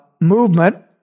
movement